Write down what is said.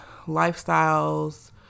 lifestyles